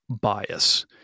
bias